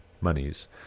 monies